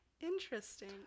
Interesting